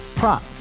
Prop